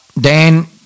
Dan